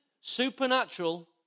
supernatural